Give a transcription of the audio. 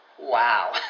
Wow